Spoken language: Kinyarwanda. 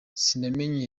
sinamenye